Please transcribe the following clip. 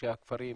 אנשי הכפרים,